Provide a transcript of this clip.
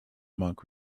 monk